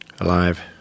alive